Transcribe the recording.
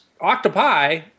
octopi